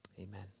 Amen